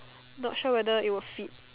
not sure whether it will F I T